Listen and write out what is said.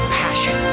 passion